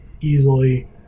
easily